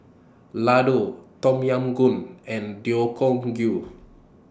Ladoo Tom Yam Goong and Gui